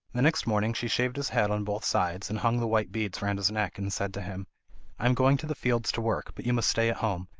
the next morning she shaved his head on both sides, and hung the white beads round his neck, and said to him i am going to the fields to work, but you must stay at home.